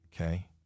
Okay